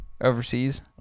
overseas